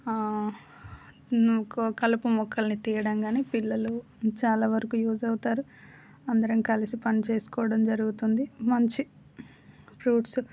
ఇంకా కలుపు మొక్కలని తీయడం కానీ పిల్లలు చాలావరకు యూజ్ అవుతారు అందరం కలిసి పని చేసుకోవడం జరుగుతుంది మంచి ఫ్రూట్స్